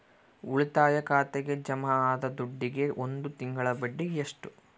ಉಳಿತಾಯ ಖಾತೆಗೆ ಜಮಾ ಆದ ದುಡ್ಡಿಗೆ ಒಂದು ತಿಂಗಳ ಬಡ್ಡಿ ಎಷ್ಟು?